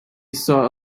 saw